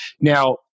Now